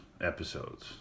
episodes